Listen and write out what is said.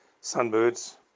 sunbirds